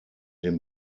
dem